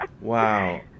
Wow